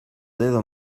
dedo